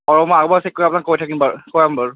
অ মই আৰু এবাৰ চেক কৰি আপোনাক কৈ থাকিম বাৰু ক'ম বাৰু